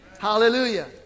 Hallelujah